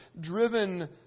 driven